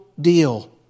deal